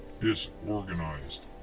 disorganized